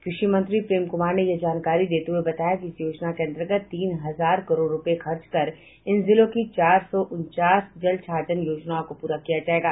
कृषि मंत्री प्रेम कुमार ने यह जानकारी देते हुए बताया कि इस योजना के अंतर्गत तीन हजार करोड़ रूपये खर्च कर इन जिलों की चार सौ उनचास जलछाजन योजनाओं को पूरा किया जायेगा